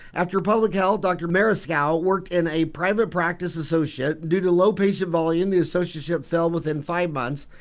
after public health dr. mariscal worked in a private practice associate due to low patient volume the associate ship fell within five months.